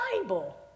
Bible